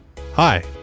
Hi